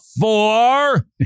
four